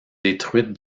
détruite